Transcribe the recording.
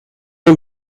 and